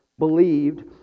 believed